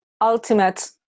ultimate